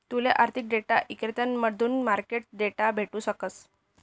तूले आर्थिक डेटा इक्रेताकडथून मार्केट डेटा भेटू शकस